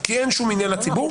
כי אין שום עניין לציבור.